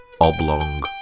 oblong